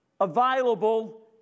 available